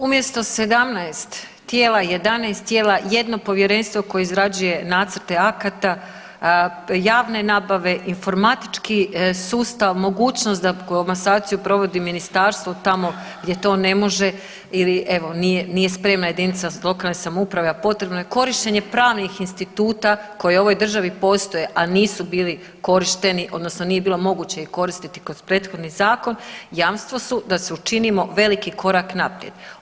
Umjesto 17 tijela, 11 tijela i 1 povjerenstvo koje izrađuje nacrta akata, javne nabave, informatički sustav, mogućnost da komasaciju provodi ministarstvo tamo gdje to ne može ili evo nije spremna jedinica lokalne samouprave, a potrebno je korištenje pravnih instituta koji u ovoj državi postoje, a nisu bili korišteni odnosno nije bilo moguće ih koristiti kroz prethodni zakon jamstvo su da si učinimo veliki korak naprijed.